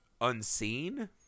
unseen